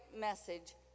message